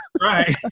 right